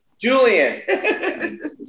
Julian